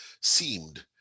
seemed